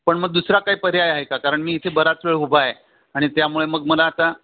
पण मग दुसरा काही पर्याय आहे का कारण मी इथे बराच वेळ उभा आहे आणि त्यामुळे मग मला आता